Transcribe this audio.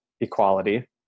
equality